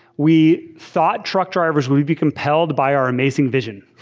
we thought truck drivers will be be compelled by our amazing vision.